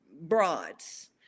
broads